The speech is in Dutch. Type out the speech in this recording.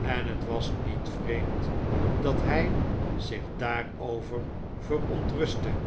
en het was niet vreemd dat hij zich daarover verontrustte